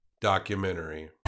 documentary